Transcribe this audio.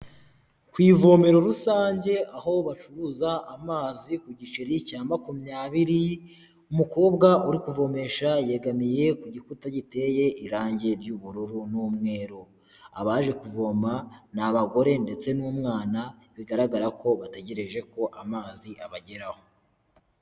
Ku ivomero rusange aho bacuruza amazi ku giceri cya makumyabiri, umukobwa uri kuvomesha yegamiye ku gikuta giteye irangi ry'ubururu n'umweru, abaje kuvoma ni abagore ndetse n'umwana bigaragara ko bategereje ko amazi abageraho.